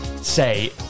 say